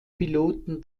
piloten